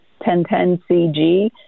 1010cg